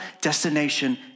destination